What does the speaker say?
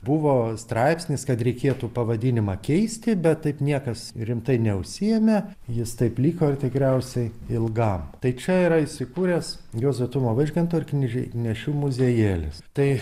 buvo straipsnis kad reikėtų pavadinimą keisti bet taip niekas rimtai neužsiėmė jis taip liko ir tikriausiai ilgam tai čia yra įsikūręs juozo tumo vaižganto ir knygnešių muziejėlis tai